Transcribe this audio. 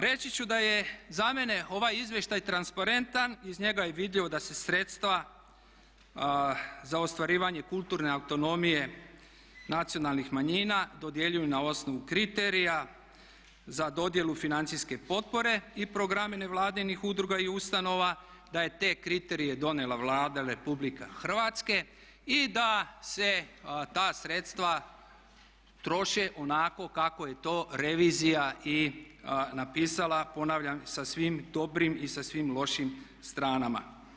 Reći ću da je za mene ovaj izvještaj transparentan, iz njega je vidljivo da se sredstva za ostvarivanje kulturne ekonomije nacionalnih manjina dodjeljuju na osnovu kriterija za dodjelu financijske potpore i programi nevladinih udruga i ustanova, da je te kriterije donijela Vlada Republike Hrvatske i da se ta sredstva troše onako kako je to revizija i napisala, ponavljam sa svim dobrim i sa svim lošim stranama.